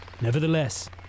Nevertheless